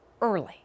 early